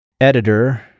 editor